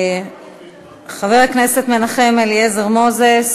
חבר הכנסת מנחם אליעזר מוזס,